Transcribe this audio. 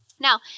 Now